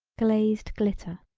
glazed glitter.